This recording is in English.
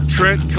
Trent